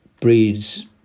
breeds